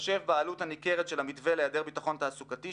בהתחשב בעלותו הניכרת של המתווה להיעדר ביטחון תעסוקתי,